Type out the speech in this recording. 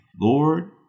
Lord